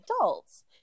adults